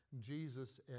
Jesus